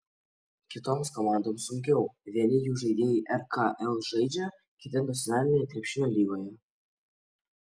kitoms komandoms sunkiau vieni jų žaidėjai rkl žaidžia kiti nacionalinėje krepšinio lygoje